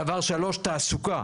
דבר שלוש, תעסוקה.